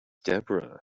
deborah